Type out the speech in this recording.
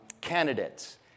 candidates